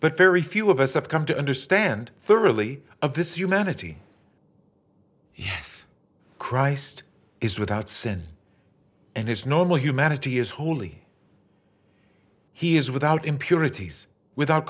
but very few of us have come to understand thoroughly of this humanity yes christ is without sin and his normal humanity is holy he is without impurities without